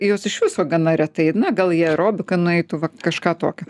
jos iš viso gana retai na gal į aerobiką nueitų va kažką tokio